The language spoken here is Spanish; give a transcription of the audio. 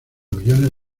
millones